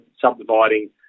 subdividing